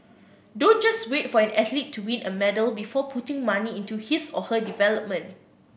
don't just wait for an athlete to win a medal before putting money into his or her development